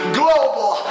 global